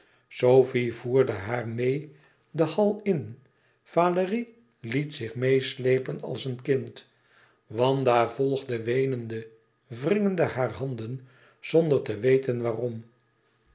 sofie voerde haar meê den hall in valérie liet zich meêsleepen als een kind wanda volgde weenende wringende haar handen zonder te weten waarom